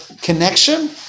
connection